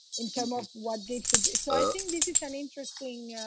in terms of what they, so i think this is an interesting,